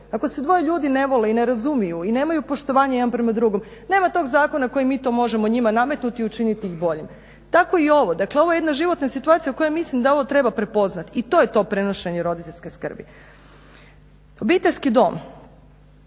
Ako se dvoje ljudi ne vole i ne razumiju i nemaju poštovanja jedni prema drugom, nema tog zakona koji mi to možemo njima nametnuti, učiniti ih boljim. Tako i ovo. Ovo je jedna životna situacija u kojoj mislim da ovo treba prepoznati i to je to prenošenje roditeljske skrbi. Obiteljski dom,